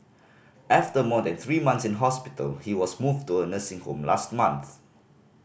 after more than three month in hospital he was moved to a nursing home last month